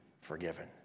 forgiven